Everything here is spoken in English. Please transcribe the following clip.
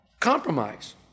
compromise